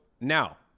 now